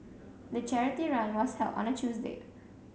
the charity run was held on a Tuesday